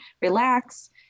relax